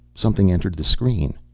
something entered the screen.